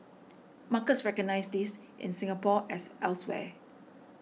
markets recognise this in Singapore as elsewhere